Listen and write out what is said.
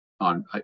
on